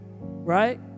Right